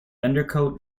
undercoat